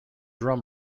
drum